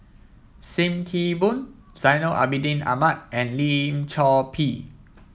Sim Kee Boon Zainal Abidin Ahmad and Lim Chor Pee